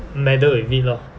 meddle with it lor